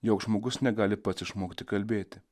joks žmogus negali pats išmokti kalbėti